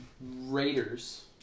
raiders